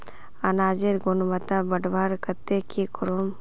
अनाजेर गुणवत्ता बढ़वार केते की करूम?